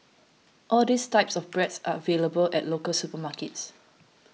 all these types of bread are available at local supermarkets